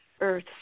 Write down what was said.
Earth